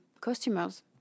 customers